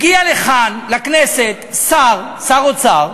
הגיע לכאן, לכנסת, שר, שר אוצר,